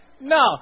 No